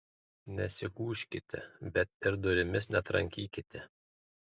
nesigūžkite bet ir durimis netrankykite